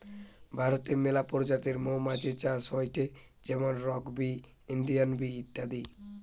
ভারতে মেলা প্রজাতির মৌমাছি চাষ হয়টে যেমন রক বি, ইন্ডিয়ান বি ইত্যাদি